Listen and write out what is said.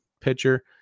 pitcher